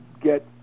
get